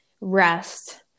rest